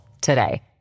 today